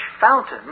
fountain